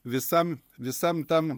visam visam tam